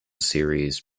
series